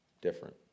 different